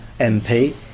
MP